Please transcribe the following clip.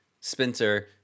Spencer